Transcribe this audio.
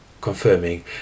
confirming